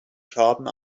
schaden